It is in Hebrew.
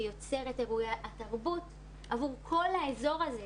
שיוצר את אירועי התרבות עבור כל האזור הזה.